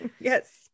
yes